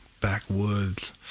backwoods